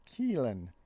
Keelan